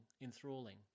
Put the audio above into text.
enthralling